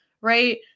right